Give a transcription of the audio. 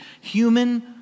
human